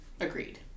Agreed